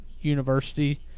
university